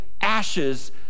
ashes